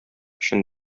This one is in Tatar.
өчен